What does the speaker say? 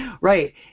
right